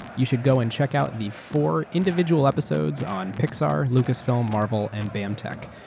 you should go and check out the four individual episodes on pixar, lucasfilm, marvel, and bamtech.